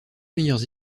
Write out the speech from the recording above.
meilleures